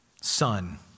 Son